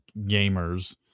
gamers